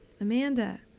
Amanda